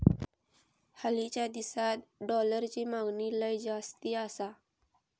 हालीच्या दिसात डॉलरची मागणी लय जास्ती आसा